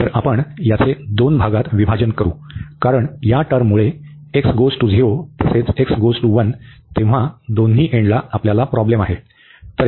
तर आपण याचे दोन भागात विभाजन करू कारण या टर्ममुळे x → 0 तसेच x → 1 तेव्हा दोन्ही एंडला आपल्याला प्रॉब्लेम आहे